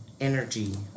energy